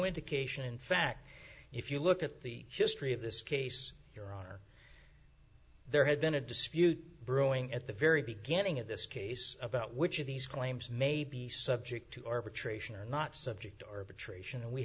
indication in fact if you look at the history of this case your honor there had been a dispute brewing at the very beginning of this case about which of these claims may be subject to arbitration are not subject to or of attrition and we